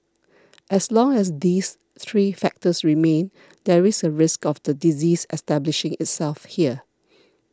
as long as these three factors remain there is a risk of the disease establishing itself here